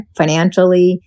financially